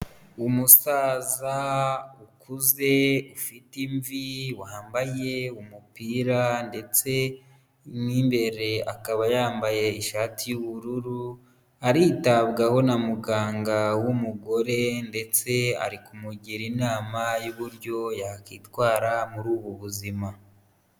Umusaza ukuze ufite imvi wambaye umupira ndetse mo imbere akaba yambaye ishati y'ubururu aritabwaho na muganga w'umugore ndetse ari kumugira inama y'uburyo yakwitwara muri ubu buzima.